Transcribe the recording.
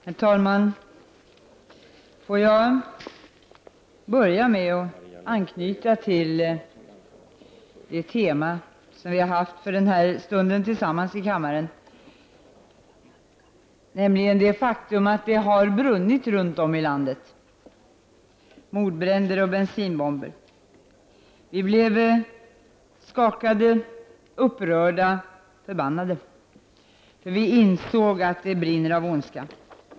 Herr talman! Jag vill börja med att anknyta till det tema vi haft för den här stunden tillsammans i kammaren, nämligen det faktum att det har brunnit runt om i landet. Det har förekommit mordbränder och bensinbomber. Vi blev skakade, upprörda, förbannade, för vi insåg att det brinner av ondska.